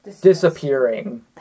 Disappearing